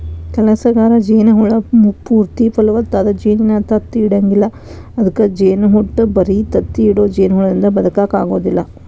ಕೆಲಸಗಾರ ಜೇನ ಹುಳ ಪೂರ್ತಿ ಫಲವತ್ತಾದ ಜೇನಿನ ತತ್ತಿ ಇಡಂಗಿಲ್ಲ ಅದ್ಕ ಜೇನಹುಟ್ಟ ಬರಿ ತತ್ತಿ ಇಡೋ ಜೇನಹುಳದಿಂದ ಬದಕಾಕ ಆಗೋದಿಲ್ಲ